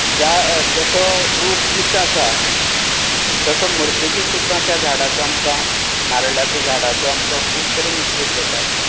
ज्या जसो रूख जितो आसा तसो मरतकीत सुद्दां त्या झाडाचो आमकां नारळाच्या झाडाचो आमकां खूब तरेन उपयोग जाता